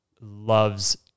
loves